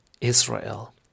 Israel